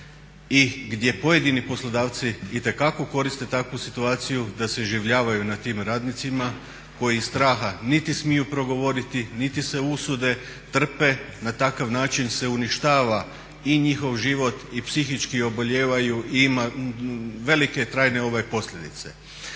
i gdje pojedini poslodavci itekako koriste takvu situaciju da se iživljavaju nad tim radnicima koji iz straha niti smiju progovoriti, niti se usude, trpe, na takav način se uništava i njihov život i psihički obolijevaju i imaju velike, trajne posljedice.